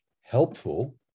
helpful